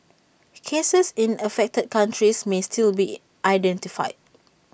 cases in the affected countries may still be identified